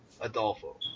Adolfo